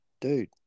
dude